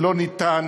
ולא ניתנת,